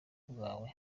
bwawe